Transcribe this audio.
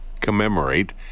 commemorate